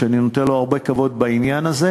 שאני נותן לו הרבה כבוד בעניין הזה,